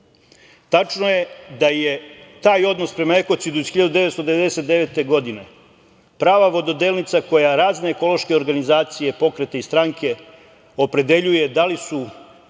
Tačno je da je taj odnos prema ekocidu iz 1999. godine prava vododelnica koja razne ekološke organizacije, pokrete i stranke opredeljuje da li su